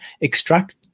extract